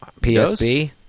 psb